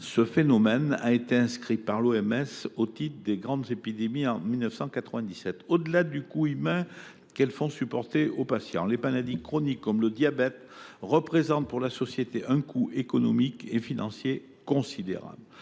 ce phénomène a été inscrit par l’OMS au titre des grandes épidémies en 1997. Au delà du coût humain qu’elles font supporter aux patients, les maladies chroniques, comme le diabète, représentent pour la société un coût économique et financier considérable.